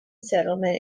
settlement